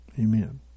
Amen